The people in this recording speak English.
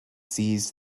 ceased